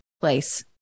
place